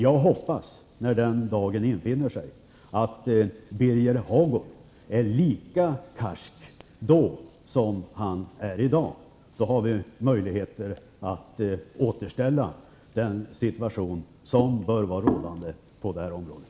Jag hoppas, när den dagen infinner sig, att Birger Hagård är lika karsk som han är i dag. Då har vi möjligheter att återställa den situation som bör vara rådande på det här området.